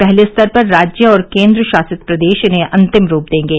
पहले स्तर पर राज्य और केन्द्रशासित प्रदेश इन्हें अंतिम रूप देंगे